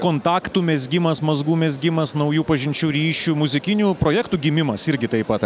kontaktų mezgimas mazgų mezgimas naujų pažinčių ryškių muzikinių projektų gimimas irgi taip pat